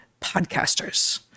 podcasters